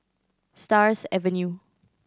Stars Avenue